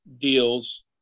deals